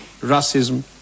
racism